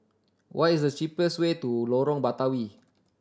what is the cheapest way to Lorong Batawi